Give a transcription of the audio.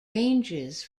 ranges